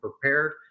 prepared